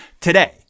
Today